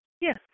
Yes